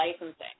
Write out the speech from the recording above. licensing